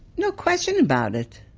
no question about it.